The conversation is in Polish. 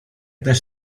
też